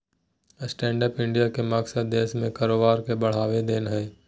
stand up India के मकसद देश में कारोबार के बढ़ावा देना हइ